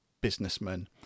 businessman